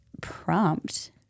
prompt